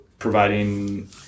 providing